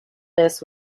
this